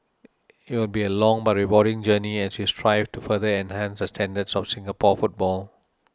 it will be a long but rewarding journey as we strive to further enhance the standards of Singapore football